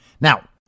Now